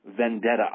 vendetta